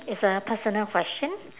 it's a personal question